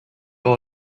all